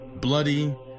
bloody